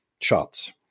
shots